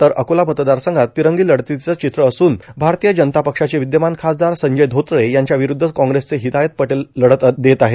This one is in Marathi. तर अकोला मतदारसंघात तिरंगी लढतीचे चित्र असून भारतीय जनता पक्षाचे विद्यमान खासदार संजय धोत्रे यांच्याविरूद्ध काँग्रेसचे हिदायत पटेल लढत देत आहेत